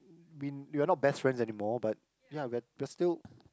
mean we are not best friends anymore but ya we are we are still